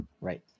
Right